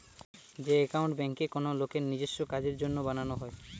যে একাউন্ট বেঙ্কে কোনো লোকের নিজেস্য কাজের জন্য বানানো হয়